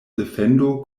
defendo